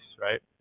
Right